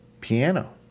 piano